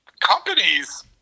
companies